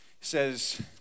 says